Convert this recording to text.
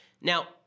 Now